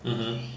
mmhmm